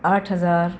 आठ हजार